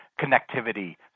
connectivity